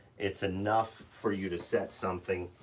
it's enough for you to set something,